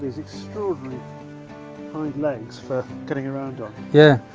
extraordinary hind legs for getting around on. yeah